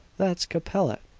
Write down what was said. that's capellette!